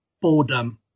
boredom